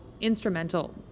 instrumental